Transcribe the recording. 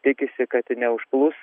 tikisi kad neužplūs